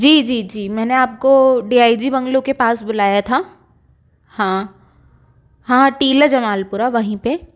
जी जी जी मैंने आपको डी आई जी बंगलो के पास बुलाया था हाँ हाँ टीला जमालपुरा वहीं पे